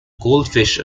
goldfish